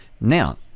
Now